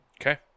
Okay